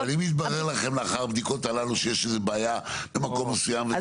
אבל אם מתברר לכם לאחר הבדיקות הללו שיש בעיה במקום מסוים?